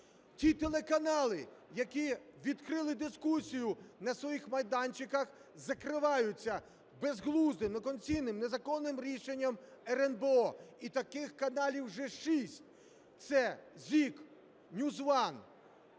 Ті телеканали, які відкрили дискусію на своїх майданчиках, закриваються безглуздим, неконституційним, незаконним рішенням РНБО і таких каналів вже шість: це ZIK, NewsOne, "Перший